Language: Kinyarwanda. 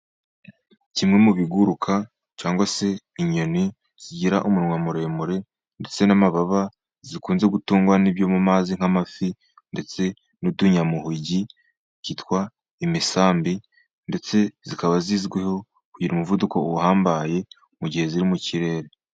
Kimwe mu biguruka cyangwa se inyoni zigira umunwa muremure ndetse n'amababa, zikunze gutungwa n'ibyo mu mazi nk'amafi, ndetse n'utunyamuhugi, byitwa imisambi, ndetse zikaba zizwiho kugira umuvuduko uhambaye mu gihe ziri mu kirere.